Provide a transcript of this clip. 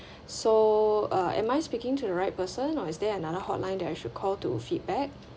so uh am I speaking to the right person or is there another hotline that I should call to feedback